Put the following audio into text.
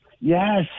Yes